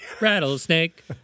Rattlesnake